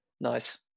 Nice